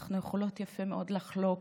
אנחנו יכולות יפה מאוד לחלוק